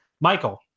Michael